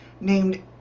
named